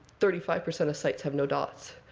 thirty five percent of sites have no dots.